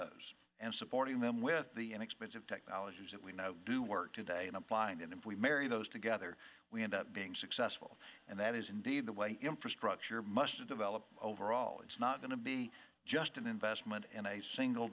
those and supporting them with the inexpensive technologies that we know do work today and apply and if we marry those together we end up being successful and that is indeed the way infrastructure must develop overall it's not going to be just an investment in a single